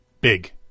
big